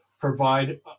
provide